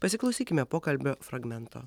pasiklausykime pokalbio fragmento